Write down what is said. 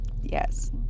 Yes